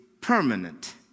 permanent